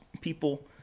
people